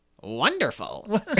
Wonderful